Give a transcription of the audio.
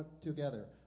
together